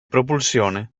propulsione